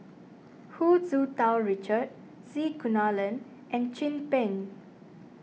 Hu Tsu Tau Richard C Kunalan and Chin Peng